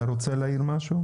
אתה רוצה להעיר משהו?